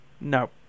No